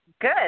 Good